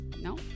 No